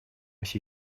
все